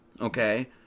Okay